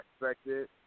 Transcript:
expected